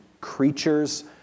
creatures